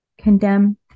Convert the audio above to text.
Condemn